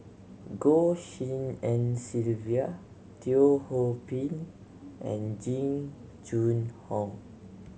Goh Tshin En Sylvia Teo Ho Pin and Jing Jun Hong